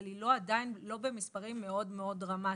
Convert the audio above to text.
אבל לא במספרים מאוד דרמטיים.